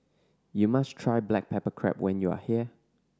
you must try black pepper crab when you are here